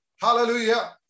Hallelujah